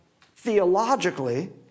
theologically